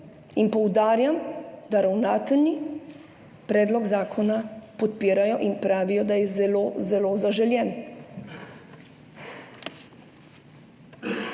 in poudarjam, da ravnatelji predlog zakona podpirajo in pravijo, da je zelo zelo zaželen.